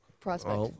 prospect